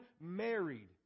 married